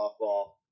softball